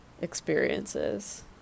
experiences